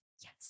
yes